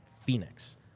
Phoenix